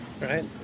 right